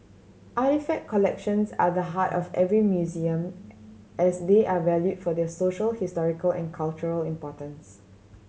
artefact collections are the heart of every museum as they are valued for their social historical and cultural importance